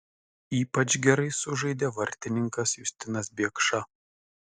ypač gerai sužaidė vartininkas justinas biekša